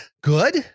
Good